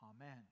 amen